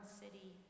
city